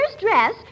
dress